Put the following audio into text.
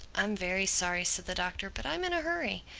i'm very sorry, said the doctor, but i'm in a hurry.